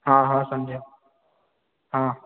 हा हा समुझयुमि हा